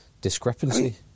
discrepancy